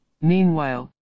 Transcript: Meanwhile